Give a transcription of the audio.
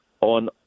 on